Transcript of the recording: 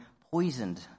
poisoned